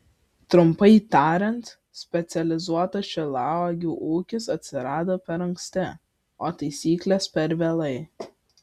trumpai tariant specializuotas šilauogių ūkis atsirado per anksti o taisyklės per vėlai